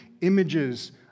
images